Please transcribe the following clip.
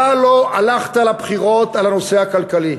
אתה לא הלכת לבחירות על הנושא הכלכלי.